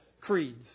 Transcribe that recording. creeds